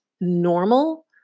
normal